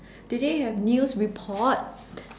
did they have news report